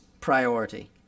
priority